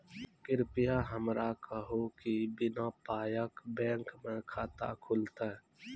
कृपया हमरा कहू कि बिना पायक बैंक मे खाता खुलतै?